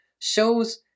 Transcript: shows